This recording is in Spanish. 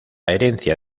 herencia